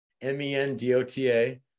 M-E-N-D-O-T-A